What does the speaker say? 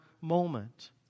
moment